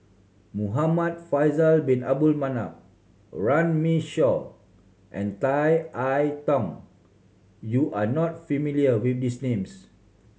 Muhamad Faisal Bin Abdul Manap Runme Shaw and Tan I Tong you are not familiar with these names